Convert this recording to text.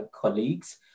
colleagues